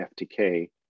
FTK